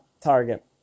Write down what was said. target